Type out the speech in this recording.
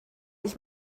ich